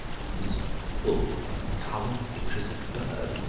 it was full of coloured pictures of birds.